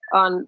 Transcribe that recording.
on